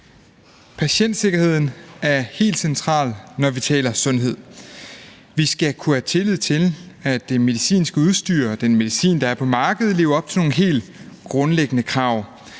Patientsikkerheden er helt central, når vi taler sundhed. Vi skal kunne have tillid til, at det medicinske udstyr og den medicin, der er på markedet, lever op til nogle helt grundlæggende krav.